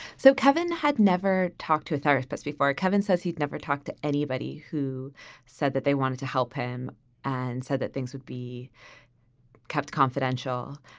so kevin had never talked to a therapist before. kevin says he'd never talk to anybody who said that they wanted to help him and said that things would be kept confidential.